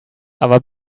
aber